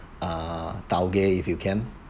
uh taugeh if you can